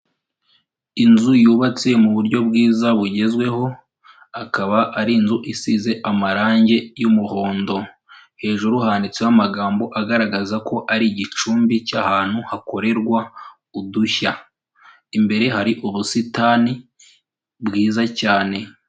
Inzu yubatse mu buryo bwiza bugezweho, akaba ari inzu isize amarange y'umuhondo, hejuru handitseho amagambo agaragaza ko ari igicumbi cy'ahantu hakorerwa udushya, imbere hari ubusitani bwiza cyane.